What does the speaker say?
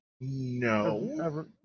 No